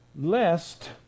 lest